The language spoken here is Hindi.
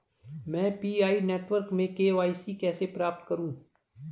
मैं पी.आई नेटवर्क में के.वाई.सी कैसे प्राप्त करूँ?